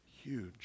huge